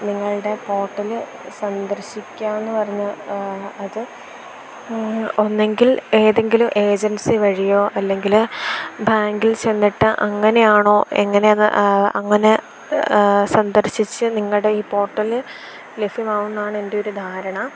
നിങ്ങളുടെ പോര്ട്ടല് സന്ദർശിക്കാമെന്ന് പറഞ്ഞ് അത് ഒന്നുകിൽ ഏതെങ്കിലും ഏജൻസി വഴിയോ അല്ലെങ്കില് ബാങ്കിൽ ചെന്നിട്ട് അങ്ങനെയാണോ എങ്ങനെയത് അങ്ങനെ സന്ദർശിച്ച് നിങ്ങളുടെ ഈ പോര്ട്ടല് ലഭ്യമാകുമെന്നാണ് എന്റെയൊരു ധാരണ